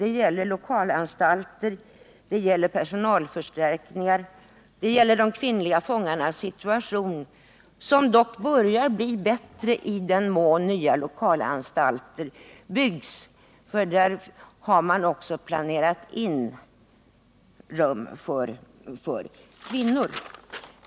Det gäller lokalanstalter, personalförstärkningar, de kvinnliga fångarnas situation —som dock börjar bli bättre i den mån det byggs nya lokalanstalter där man också har planerat in rum för kvinnor.